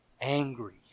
angry